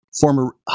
former